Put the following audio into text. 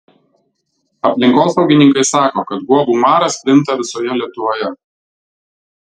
aplinkosaugininkai sako kad guobų maras plinta visoje lietuvoje